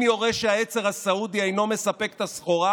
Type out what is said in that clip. אם יורש העצר הסעודי אינו מספק את הסחורה,